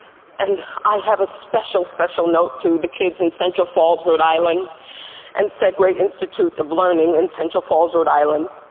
and i have a special, special note to the kids in central falls, rhode island and segue institute of learning in central falls, rhode island.